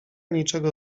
niczego